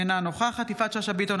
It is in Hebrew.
אינה נוכחת יפעת שאשא ביטון,